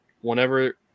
whenever